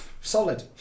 solid